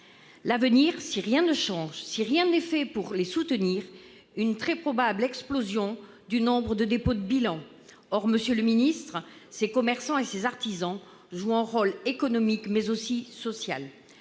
hôteliers. Si rien ne change, si rien n'est fait pour les soutenir, on assistera très probablement à une explosion du nombre des dépôts de bilan. Or, monsieur le ministre, ces commerçants et ces artisans jouent un rôle non seulement économique, mais aussi social.